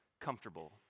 comfortable